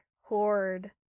horde